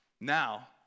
Now